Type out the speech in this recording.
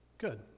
Good